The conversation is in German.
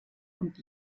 und